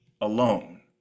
alone